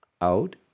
out